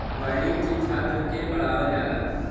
वाणिज्य छात्र के पढ़ावल जाला